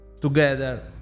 together